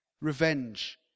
Revenge